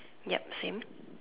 yup same